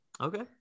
Okay